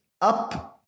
up